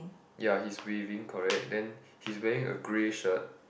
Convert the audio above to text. ya he's waving correct then he's wearing a grey shirt